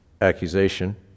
accusation